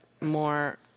more